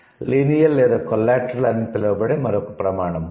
lineal లేదా collateral అని పిలువబడే మరొక ప్రమాణం ఉంది